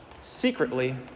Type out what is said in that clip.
Secretly